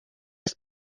this